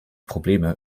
probleme